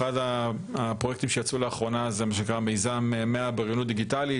אחד הפרויקטים שיצאו לאחרונה הוא "מיזם 100 באוריינות דיגיטלית",